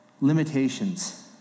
limitations